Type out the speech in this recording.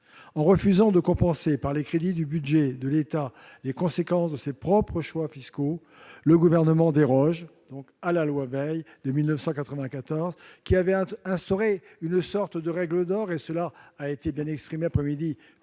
En refusant de compenser par les crédits du budget de l'État les conséquences de ses propres choix fiscaux, le Gouvernement déroge à la loi Veil de 1994, qui avait instauré une sorte de règle d'or- le président